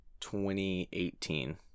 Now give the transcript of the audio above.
2018